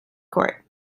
court